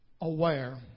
aware